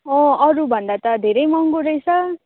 अँ अरूभन्दा त धेरै महँगो रहेछ